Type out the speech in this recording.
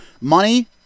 Money